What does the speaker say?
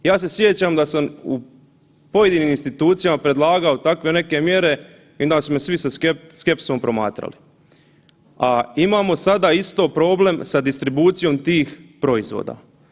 Ja se sjećam da sam pojedinim institucijama predlagao takve neke mjere i onda su me svi sa skepsom promatrali, a imamo sada isto problem sa distribucijom tih proizvoda.